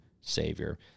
Savior